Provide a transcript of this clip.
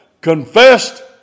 confessed